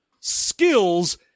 skills